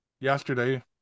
yesterday